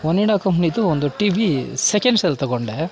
ಒನಿಡಾ ಕಂಪ್ನಿದು ಒಂದು T V ಸೆಕೆಂಡ್ಸಲ್ಲಿ ತೊಗೊಂಡೆ